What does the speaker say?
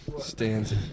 Stands